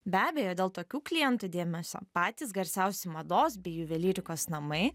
be abejo dėl tokių klientų dėmesio patys garsiausi mados bei juvelyrikos namai